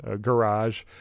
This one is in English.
garage